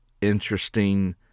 interesting